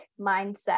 mindset